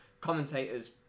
Commentators